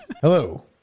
Hello